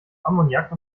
ammoniak